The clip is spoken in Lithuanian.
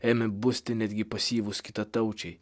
ėmė busti netgi pasyvūs kitataučiai